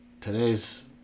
today's